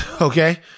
Okay